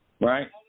Right